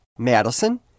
Madison